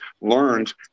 learned